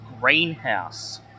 greenhouse